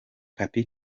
papy